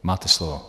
Máte slovo.